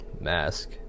Mask